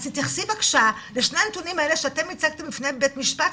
אז תתייחסי בבקשה לשני הנתונים האלה שאתם הצגתם בפני בתי משפט,